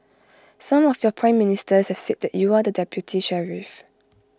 some of your Prime Ministers have said that you are the deputy sheriff